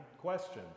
question